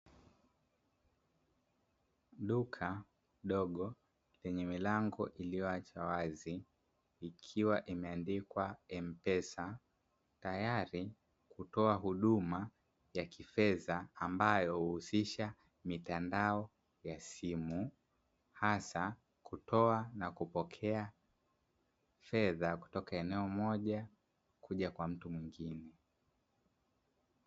Duka dogo lenye milango iliyoachwa wazi ikiwa imeandikwa M-pesa, tayari kutoa huduma ya kifedha ambayo huusisha mitandao ya simu hasa kutoa na kupokea fedha kutoka eneo moja kuja kwa mtu mwingine.